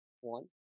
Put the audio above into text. one